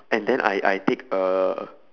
and then I I take a